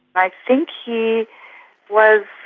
i think he was